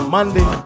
Monday